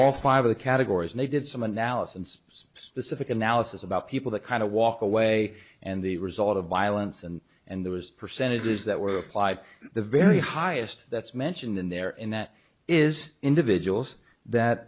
all five of the categories and they did some analysis specific analysis about people to kind of walk away and the result of violence and and there was percentages that were applied the very highest that's mentioned in there in that is individuals that